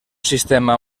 sistema